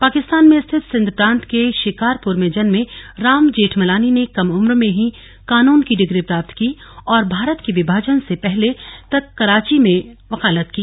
पाकिस्तान में स्थित सिंध प्रांत के शिकारपुर में जन्मे राम जेठमलानी ने कम उम्र में ही कानून की डिग्री प्राप्त की और भारत के विभाजन से पहले तक कराची में वकालत किया